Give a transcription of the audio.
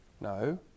no